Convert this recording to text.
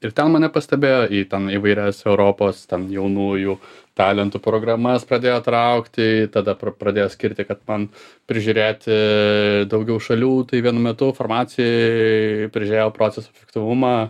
ir ten mane pastebėjo į ten įvairias europos ten jaunųjų talentų programas pradėjo traukti tada pra pradėjo skirti kad man prižiūrėti daugiau šalių tai vienu metu farmacijoj prižiūrėjau proceso efektyvumą